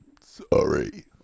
Sorry